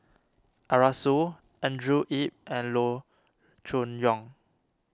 Arasu Andrew Yip and Loo Choon Yong